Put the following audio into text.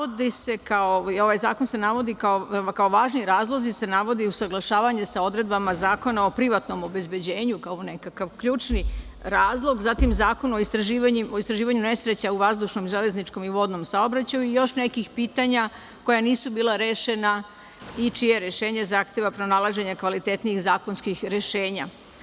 Ovaj zakon se navodi, kao važni razlozi se navodi usaglašavanje sa odredbama Zakona o privatnom obezbeđenju kao nekakav ključni razlog, zatim Zakon o istraživanju nesreća u vazdušnom, železničkom i vodnom saobraćaju i još neka pitanja koja nisu bila rešena i čije rešenje zahteva pronalaženje kvalitetnijih zakonskih rešenja.